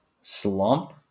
slump